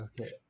okay